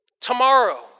Tomorrow